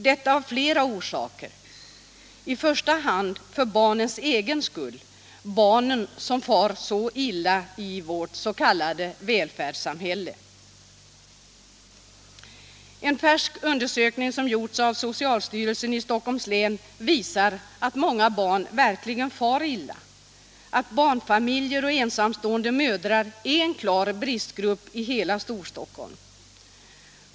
Detta har flera orsaker, men i första hand är det för barnens egen skull — barnen som far så illa i vårt s.k. välfärdssamhälle. En färsk undersökning som gjorts av socialstyrelsen i Stockholms län visar att många barn verkligen far illa. Att barnfamiljer och ensamstående mödrar är en klar bristgrupp i hela Storstockholm framgår tydligt.